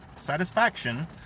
satisfaction